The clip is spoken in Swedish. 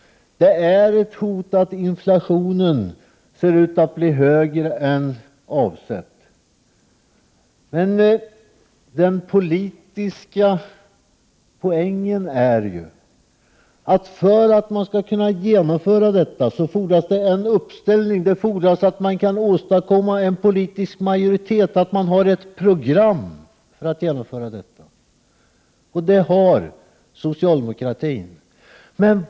Det är hot att inflationen ser ut att bli större än avsett. Den politiska poängen är emellertid att för att man skall kunna genomföra detta fordras det en uppställning. Det fordras att man kan åstadkomma en politisk majoritet och att man har ett program för att genomföra detta. Det har socialdemokraterna.